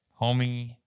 homie